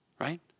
right